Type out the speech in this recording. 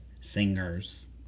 singers